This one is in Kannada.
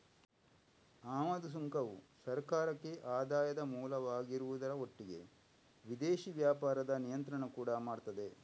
ಆಮದು ಸುಂಕವು ಸರ್ಕಾರಕ್ಕೆ ಆದಾಯದ ಮೂಲವಾಗಿರುವುದರ ಒಟ್ಟಿಗೆ ವಿದೇಶಿ ವ್ಯಾಪಾರದ ನಿಯಂತ್ರಣ ಕೂಡಾ ಮಾಡ್ತದೆ